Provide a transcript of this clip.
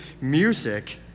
music